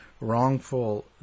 wrongful